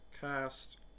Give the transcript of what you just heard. Cast